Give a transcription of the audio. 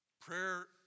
Prayer